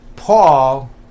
Paul